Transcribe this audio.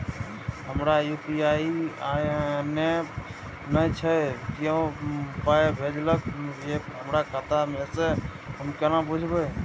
हमरा यू.पी.आई नय छै कियो पाय भेजलक यै हमरा खाता मे से हम केना बुझबै?